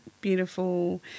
beautiful